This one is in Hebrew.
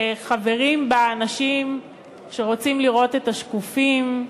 שחברים בה אנשים שרוצים לראות את השקופים,